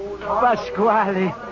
Pasquale